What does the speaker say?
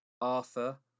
Arthur